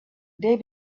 they